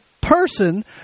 person